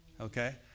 Okay